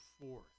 fourth